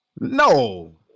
No